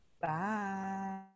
Bye